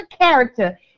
character